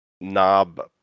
Knob